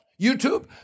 YouTube